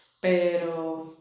pero